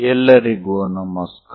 ಎಲ್ಲರಿಗೂ ನಮಸ್ಕಾರ